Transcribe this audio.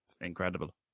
incredible